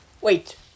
Wait